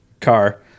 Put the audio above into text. car